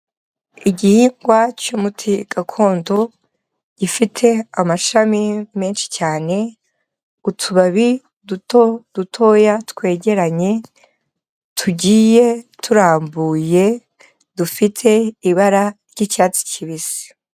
Igihingwa cy'umuti gakondo gifite amashami menshi cyane, utubabi duto dutoya twegeranye tugiye turambuye dufite ibara ry'icyatsi kibisi.